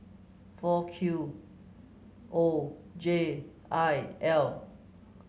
four Q O J I L